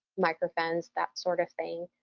microphones, that sort of thing.